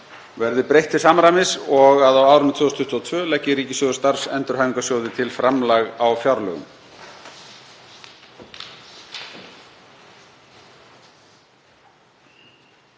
verði breytt til samræmis og að á árinu 2022 leggi ríkissjóður Starfsendurhæfingarsjóði til framlag á fjárlögum.